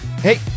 hey